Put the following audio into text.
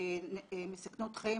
מסכנות חיים,